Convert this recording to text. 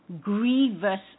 grievous